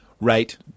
right